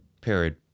Period